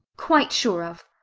quite sure of.